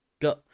go